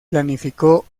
planificó